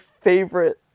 favorite